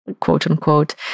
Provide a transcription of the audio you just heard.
quote-unquote